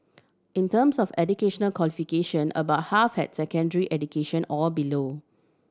in terms of educational qualification about half had secondary education or below